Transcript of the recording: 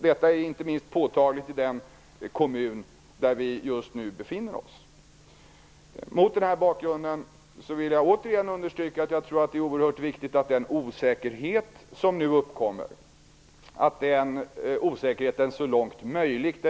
Detta är inte minst påtagligt i den kommun där vi just nu befinner oss. Mot denna bakgrund vill jag återigen understryka att jag tror att det är oerhört viktigt att den osäkerhet som nu uppkommer elimineras så långt det är möjligt.